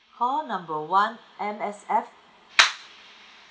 call number one M_S_F